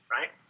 Right